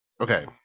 okay